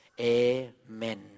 Amen